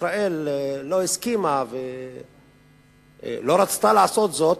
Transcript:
ישראל לא הסכימה ולא רצתה לעשות זאת,